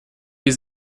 use